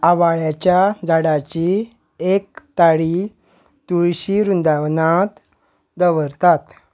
आवाळ्याच्या झाडाची एक ताळी तुळशी वृंदावनांत दवरतात